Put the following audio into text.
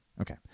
okay